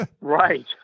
Right